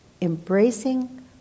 Embracing